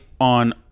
on